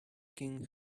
king